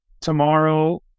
tomorrow